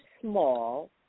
small